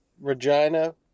Regina